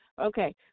Okay